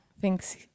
thinks